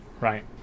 Right